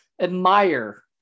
admire